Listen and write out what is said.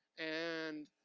and